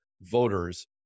voters